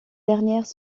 dernières